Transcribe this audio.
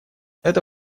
это